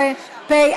לא הכול פוליטיקה קטנה.